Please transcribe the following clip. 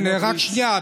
רק שנייה,